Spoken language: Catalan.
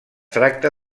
tracta